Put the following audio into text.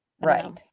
right